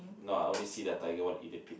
no I only see their tiger wanna eat the pig